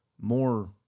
more